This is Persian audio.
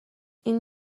این